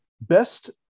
Best